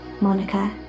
Monica